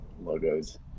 logos